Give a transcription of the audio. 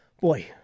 Boy